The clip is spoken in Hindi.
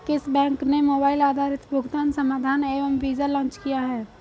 किस बैंक ने मोबाइल आधारित भुगतान समाधान एम वीज़ा लॉन्च किया है?